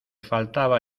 faltaba